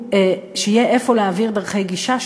שיהיה איפה להעביר דרכי גישה,